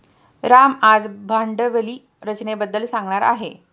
राम आज भांडवली रचनेबद्दल सांगणार आहे